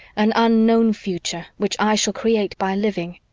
an unknown future which i shall create by living.